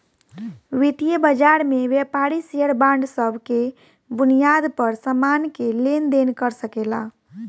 वितीय बाजार में व्यापारी शेयर बांड सब के बुनियाद पर सामान के लेन देन कर सकेला